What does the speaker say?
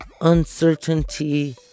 uncertainty